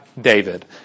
David